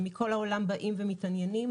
מכל העולם באים ומתעניינים,